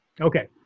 Okay